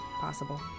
possible